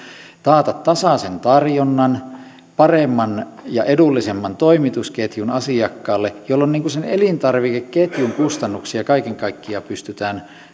taata tasaisen tarjonnan paremman ja edullisemman toimitusketjun asiakkaalle jolloin sen elintarvikeketjun kustannuksia kaiken kaikkiaan pystymään